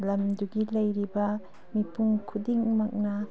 ꯂꯝꯗꯨꯒꯤ ꯂꯩꯔꯤꯕ ꯃꯤꯄꯨꯝ ꯈꯨꯗꯤꯡꯃꯛꯅ